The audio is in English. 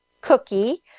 Cookie